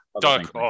Duck